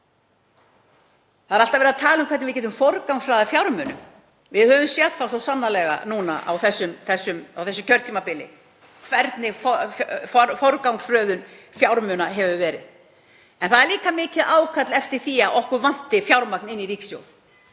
Það er alltaf verið að tala um hvernig við getum forgangsraðað fjármunum. Við höfum svo sannarlega séð það núna á þessu kjörtímabili hvernig forgangsröðun fjármuna hefur verið. En það er líka mikið ákall eftir fjármagni í ríkissjóð.